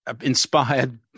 inspired